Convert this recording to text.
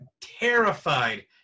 terrified